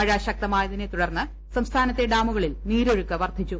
മഴ ശക്തമായതിനെ തുടർന്ന് സംസ്ഥാനത്തെ ഡാമുകളിൽ നീരൊഴുക്ക് വർധിച്ചു